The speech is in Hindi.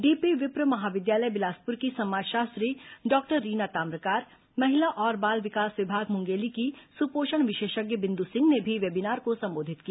डीपी व्रिप महाविद्यालय बिलासपुर की समाज शास्त्री डॉक्टर रीना ताम्रकार महिला और बाल विकास विभाग मुंगेली की सुपोषण विशेषज्ञ बिंदु सिंह ने भी वेबीनार को संबोधित किया